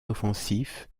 offensif